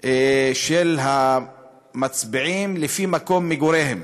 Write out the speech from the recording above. של המצביעים לפי מקום מגוריהם.